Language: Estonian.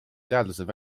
teadlased